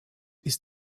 ist